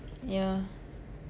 yeah